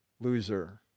loser